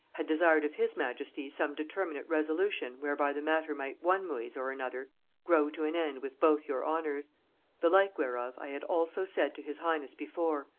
had desired of his majesty some determinate resolution whereby the matter might one ways or another grow to an end with both your honors the like whereof i had also said to his highness before,